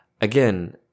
Again